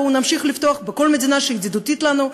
בואו נמשיך לפתוח בכל מדינה שהיא ידידותית לנו.